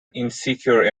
insecure